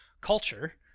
culture